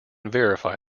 verify